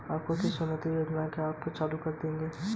आप किस चुकौती योजना को अपने आप चालू कर देंगे?